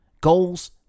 Goals